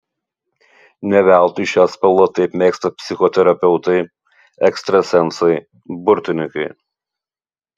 ne veltui šią spalvą taip mėgsta psichoterapeutai ekstrasensai burtininkai